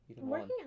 Working